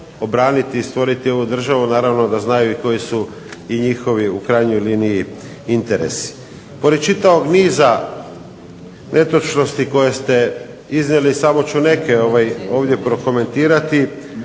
obraniti i stvoriti ovu državu, naravno da znaju i koji su njihovi u krajnjoj liniji interesi. Pored čitavog niza netočnosti koje ste iznijeli samo ću neke ovdje prokomentirati.